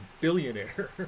billionaire